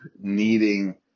needing